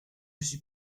suis